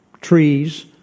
trees